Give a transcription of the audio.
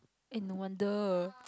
eh no wonder